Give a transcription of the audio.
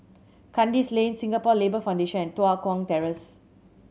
Kandis Lane Singapore Labour Foundation and Tua Kong Terrace